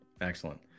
excellent